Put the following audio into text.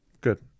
Good